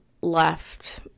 left